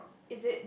is it